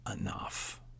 enough